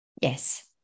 yes